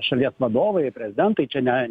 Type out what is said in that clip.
šalies vadovai prezidentai čia ne